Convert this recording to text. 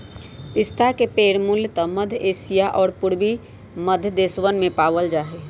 पिस्ता के पेड़ मूलतः मध्य एशिया और पूर्वी मध्य देशवन में पावल जा हई